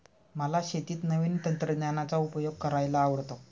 मला शेतीत नवीन तंत्रज्ञानाचा उपयोग करायला आवडतो